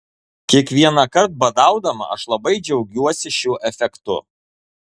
kiekvienąkart badaudama aš labai džiaugiuosi šiuo efektu